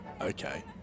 Okay